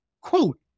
quote